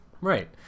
Right